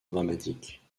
dramatique